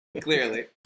Clearly